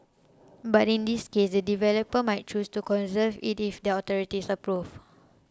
but in this case the developer might choose to conserve it if the authorities disapprove